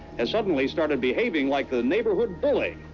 has suddenly started behaving like the neighborhood bully.